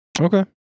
Okay